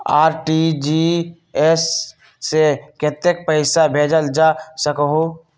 RTGS से कतेक पैसा भेजल जा सकहु???